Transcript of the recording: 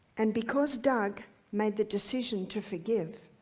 and because doug made the decision to forgive